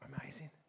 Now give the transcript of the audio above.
amazing